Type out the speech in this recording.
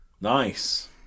Nice